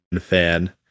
fan